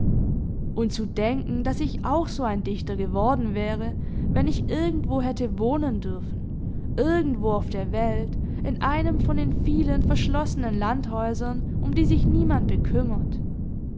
und zu denken daß ich auch so ein dichter geworden wäre wenn ich irgendwo hätte wohnen dürfen irgendwo auf der welt in einem von den vielen verschlossenen landhäusern um die sich niemand bekümmert